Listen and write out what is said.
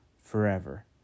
forever